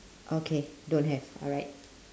okay don't have alright